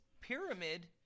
pyramid